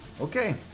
Okay